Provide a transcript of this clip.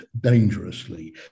dangerously